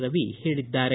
ರವಿ ಹೇಳಿದ್ದಾರೆ